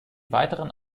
weiteren